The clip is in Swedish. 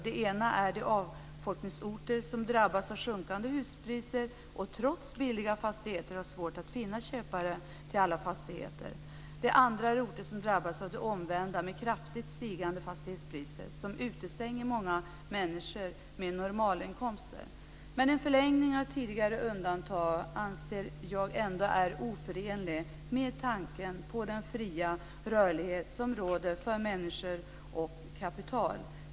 Dels gäller det de avfolkningsorter som drabbas av sjunkande huspriser och där det trots billiga fastigheter är svårt att finna köpare till alla fastigheter. Dels gäller det de orter som drabbas av det omvända: kraftigt stigande fastighetspriser som utestänger många människor med normalinkomster. En förlängning av tiden för tidigare undantag anser jag ändå är oförenlig med tanken på den fria rörlighet som råder för människor och kapital.